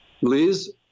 Liz